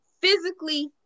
physically